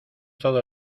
todo